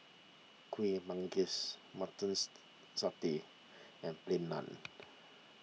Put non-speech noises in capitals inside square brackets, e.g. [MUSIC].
Kuih Manggis Mutton [NOISE] Satay and Plain Naan